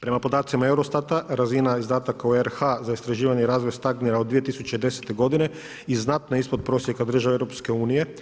Prema podacima Eurostata razina izdataka u RH za istraživanje i razvoj stagnira od 2010. godine i znatno je ispod prosjeka država EU.